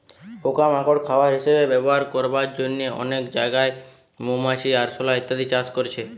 পোকা মাকড় খাবার হিসাবে ব্যবহার করবার জন্যে অনেক জাগায় মৌমাছি, আরশোলা ইত্যাদি চাষ করছে